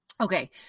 okay